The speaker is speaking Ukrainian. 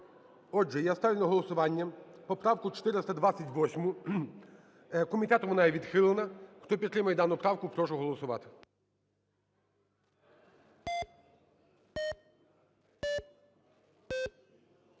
Ставлю на голосування поправку 429. Комітетом вона відхилена. Хто підтримує дану правку, прошу голосувати.